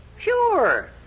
Sure